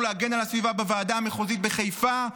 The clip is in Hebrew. להגן על הסביבה בוועדה המחוזית בחיפה,